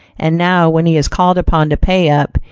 and now when he is called upon to pay up,